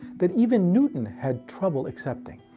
that even newton has trouble accepting.